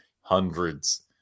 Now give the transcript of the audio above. hundreds